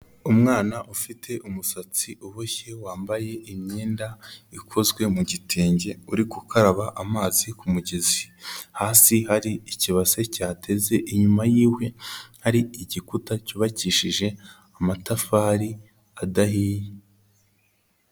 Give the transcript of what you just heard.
Umwana ufite umusatsi uboshye wambaye imyenda ikozwe mu gitenge, uri gukaraba amazi ku mugezi. Hasi hari ikibase cyateze, inyuma yiwe hari igikuta cyubakishije amatafari adahiye.